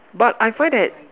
but I find that